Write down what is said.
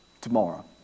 tomorrow